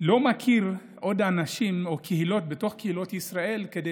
אני לא מכיר עוד אנשים או קהילות בתוך קהילות ישראל שכדי